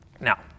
Now